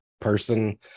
person